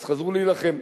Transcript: אז חזרו להילחם.